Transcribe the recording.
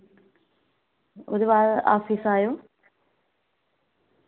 उ'दे बाद आफिस आयो